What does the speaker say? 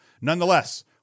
Nonetheless